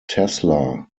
tesla